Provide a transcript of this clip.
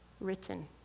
written